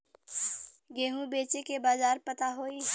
गेहूँ बेचे के बाजार पता होई?